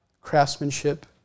craftsmanship